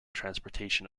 transportation